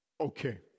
Okay